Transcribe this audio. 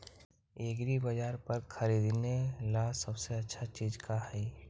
एग्रीबाजार पर खरीदने ला सबसे अच्छा चीज का हई?